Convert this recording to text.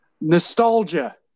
Nostalgia